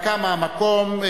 הנמקה מהמקום.